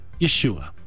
Yeshua